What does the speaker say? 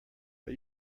but